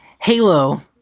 Halo